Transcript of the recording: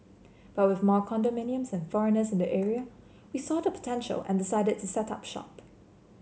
but with more condominiums and foreigners in the area we saw the potential and decided to set up shop